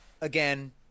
again